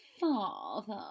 Father